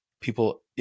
people